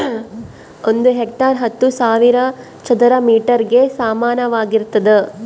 ಒಂದು ಹೆಕ್ಟೇರ್ ಹತ್ತು ಸಾವಿರ ಚದರ ಮೇಟರ್ ಗೆ ಸಮಾನವಾಗಿರ್ತದ